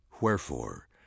Wherefore